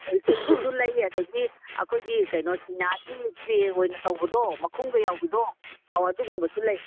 ꯏꯁꯇꯤꯜꯒꯤꯁꯨ ꯂꯩ ꯑꯗꯒꯤ ꯑꯩꯈꯣꯏꯒꯤ ꯀꯩꯅꯣ ꯆꯤꯅꯥꯒꯤ ꯇ꯭ꯔꯦ ꯑꯣꯏꯅ ꯇꯧꯕꯗꯣ ꯃꯈꯨꯝꯒ ꯌꯥꯎꯕꯤꯗꯣ ꯑꯣ ꯑꯗꯨꯒꯨꯝꯕꯁꯨ ꯂꯩ